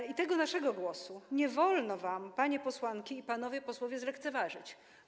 I tego naszego głosu nie wolno wam, panie posłanki i panowie posłowie, zlekceważyć.